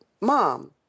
Mom